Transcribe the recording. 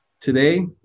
Today